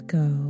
go